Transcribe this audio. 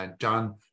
John